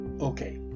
Okay